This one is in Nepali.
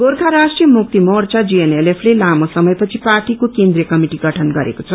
गोर्खा राष्ट्रीय मुक्ति मोर्चा जीएनएलएफ ले लामो समयपछि पार्टीको केन्द्रीय कमिटि गठन गरेको छ